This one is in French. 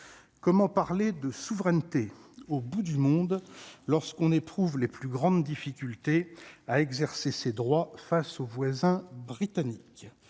comment parler de souveraineté au bout du monde lorsqu'on éprouve les plus grandes difficultés à exercer ses droits face aux voisins britanniques,